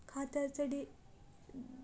खात्याचे डिटेल्स मोबाईलने कसे पाहता येतील?